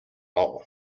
all